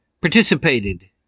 participated